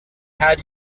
had